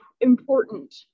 important